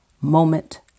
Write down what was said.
moment